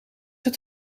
het